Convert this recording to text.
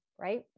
right